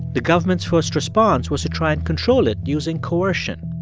the government's first response was to try and control it using coercion,